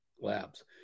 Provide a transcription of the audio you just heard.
labs